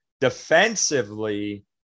Defensively